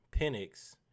Penix